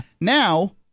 now